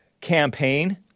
campaign